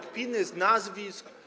Kpiny z nazwisk?